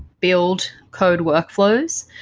build, code workflows.